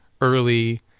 early